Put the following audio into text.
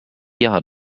yacht